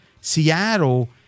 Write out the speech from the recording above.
Seattle